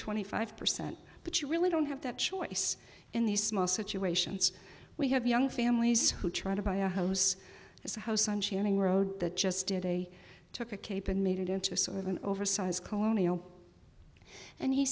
twenty five percent but you really don't have that choice in these small situations we have young families who try to buy a house as a house on sharing road that just did a took a cape and made it into a sort of an oversized colonial and he